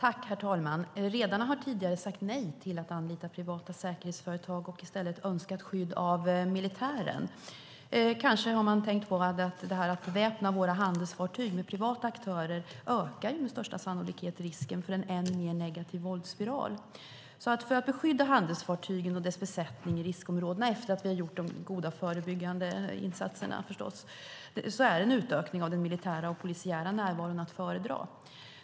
Herr talman! Redarna har tidigare sagt nej till att anlita privata säkerhetsföretag och i stället önskat skydd av militären. Kanske har man tänkt på att detta att beväpna våra handelsfartyg med privata aktörer med största sannolikhet ökar risken för en än mer negativ våldsspiral. För att beskydda handelsfartygen och deras besättningar i riskområdena efter att vi har gjort de goda förebyggande insatserna är en utökning av den militära och polisiära närvaron att föredra.